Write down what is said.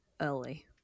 early